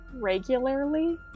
regularly